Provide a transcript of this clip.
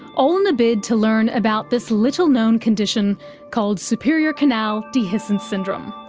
all in a bid to learn about this little-known condition called superior canal dehiscence syndrome.